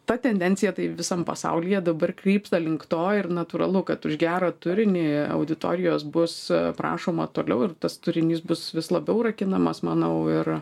ta tendencija tai visam pasaulyje dabar krypsta link to ir natūralu kad už gerą turinį auditorijos bus prašoma toliau ir tas turinys bus vis labiau rakinamas manau ir